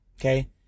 okay